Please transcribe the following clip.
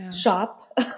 shop